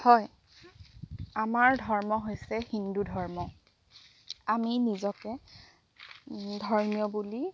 হয় আমাৰ ধৰ্ম হৈছে হিন্দু ধৰ্ম আমি নিজকে ধৰ্মীয় বুলি